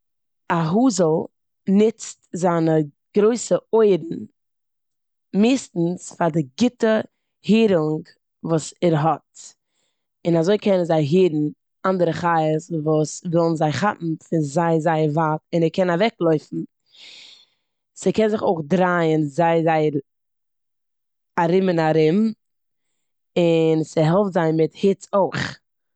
א האזל נוצט זיינע גרויסע אויערן מערסטנס פאר די גוטע הערונג וואס ער האט און אזוי קענען זיי הערן אנדערע חיות וואס ווילן זיי כאפן פון זייער זייער ווייט און ער קען אוועקלויפן. ס'קען זיך אויך דרייען זייער זייער- ארום און ארום און ס'העלפט זיי מיט היץ אויך.